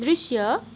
दृश्य